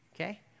okay